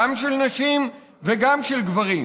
גם של נשים וגם של גברים,